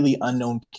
unknown